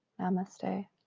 Namaste